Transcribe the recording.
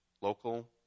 local